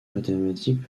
mathématiques